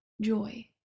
joy